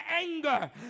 anger